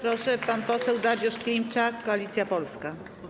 Bardzo proszę, pan poseł Dariusz Klimczak, Koalicja Polska.